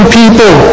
people